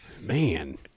Man